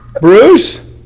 Bruce